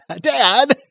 Dad